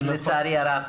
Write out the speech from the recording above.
לצערי הרב,